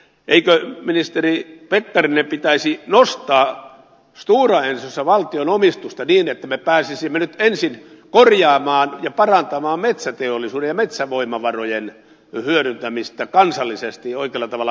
eikö ministeri pekkarinen pitäisi nostaa stora ensossa valtion omistusta niin että me pääsisimme nyt ensin korjaamaan ja parantamaan metsäteollisuuden ja metsävoimavarojen hyödyntämistä kansallisesti oikealla tavalla